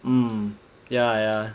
um ya ya